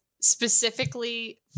specifically